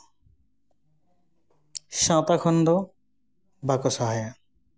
ᱥᱟᱶᱛᱟ ᱠᱷᱚᱱ ᱫᱚ ᱵᱟᱠᱚ ᱥᱟᱦᱟᱭᱟ